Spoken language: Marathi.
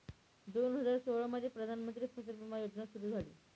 दोन हजार सोळामध्ये प्रधानमंत्री फसल विमा योजना सुरू झाली